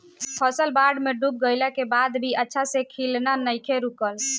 फसल बाढ़ में डूब गइला के बाद भी अच्छा से खिलना नइखे रुकल